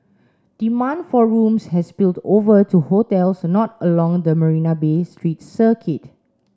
demand for rooms has spilled over to hotels not along the Marina Bay street circuit